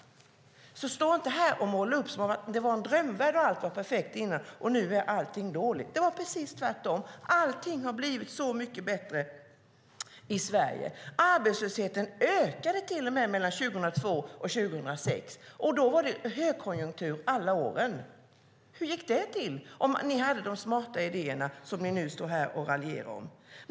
Stå alltså inte här och måla upp en drömvärld! Påstå inte att allt var perfekt innan men att allt nu är dåligt! Det är precis tvärtom; allting har blivit så mycket bättre i Sverige. Arbetslösheten ökade till och med mellan 2002 och 2006, och det var högkonjunktur alla de åren. Hur gick det till om ni hade de smarta idéer ni nu står och orerar om?